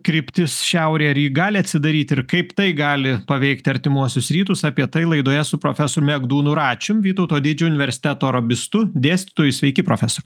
kryptis šiaurė ar ji gali atsidaryti ir kaip tai gali paveikti artimuosius rytus apie tai laidoje su profesorium egdunu račium vytauto didžiojo universiteto arabistu dėstytoju sveiki profesoriau